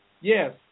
yes